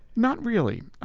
not really.